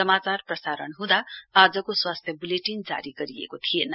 समाचार प्रसारण हुँदा आजको स्वास्थ्य बुलेटिन जारी गरिरएको थिएन